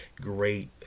great